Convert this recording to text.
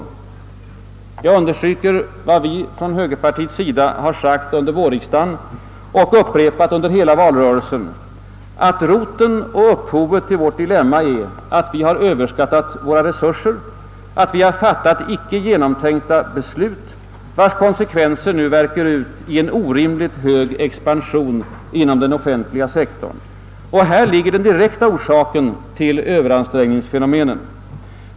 Jag understryker vad vi från högerpartiets sida sagt under vårriksdagen och upprepat under hela valrörel sen, att roten och upphovet till vårt dilemma är att vi överskattat våra resurser, att vi fattat icke genomtänkta beslut, vilkas konsekvens nu värker ut i en orimligt hög expansion inom den offentliga sektorn. Här ligger den direkta orsaken till överansträngningsfenomenen.